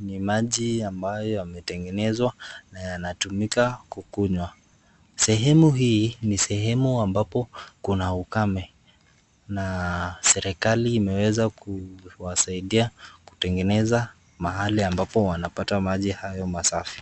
Ni maji ambayo yametengenezwa na yatumika kukunywa. Sehemu hii ni mahali ambapo kuna ukame na serikali imeweza kuwasaidia kutengeneza mahali ambapo wanapata maji safi.